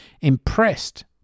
Impressed